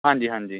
ਹਾਂਜੀ ਹਾਂਜੀ